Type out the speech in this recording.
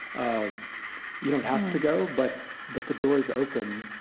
um you don't have to go, but but the door's open